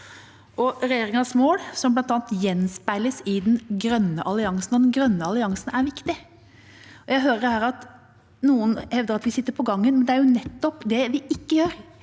Regjeringas mål gjenspeiles bl.a. i den grønne alliansen, og den grønne alliansen er viktig. Jeg hører noen her hevde at vi sitter på gangen, men det er nettopp det vi ikke gjør.